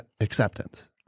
acceptance